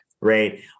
right